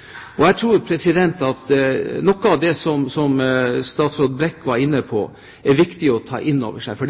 alt». Jeg tror at noe av det som statsråd Brekk var inne på, er viktig å ta inn over seg, for